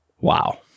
Wow